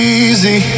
easy